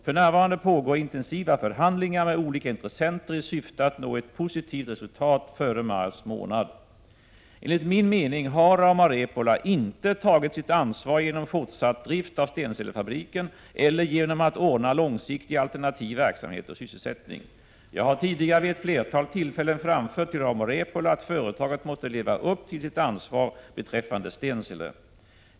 För närvarande pågår intensiva förhandlingar med olika intressenter i syfte att nå ett positivt resultat före mars månad. Enligt min mening har Rauma-Repola inte tagit sitt ansvar genom att fortsätta driften i Stenselefabriken eller genom att ordna långsiktig alternativ verksamhet och sysselsättning. Jag har tidigare vid ett flertal tillfällen framfört till Rauma-Repola att företaget måste leva upp till sitt ansvar beträffande Stensele.